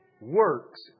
works